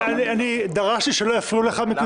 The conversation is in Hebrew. דרשתי שלא יפריעו לך,